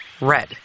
Red